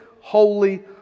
holy